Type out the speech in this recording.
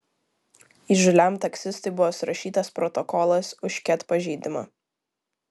įžūliam taksistui buvo surašytas protokolas už ket pažeidimą